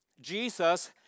Jesus